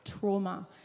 trauma